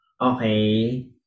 okay